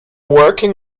working